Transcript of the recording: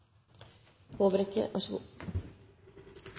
så vær så god.